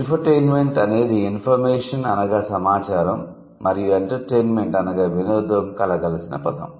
infotainment అనేది information అనగా సమాచారం మరియు ఎంటర్టెయిన్మెంట్ అనగా వినోదం కలగలిసిన పదం